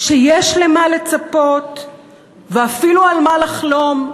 שיש למה לצפות ואפילו על מה לחלום?